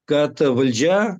kad valdžia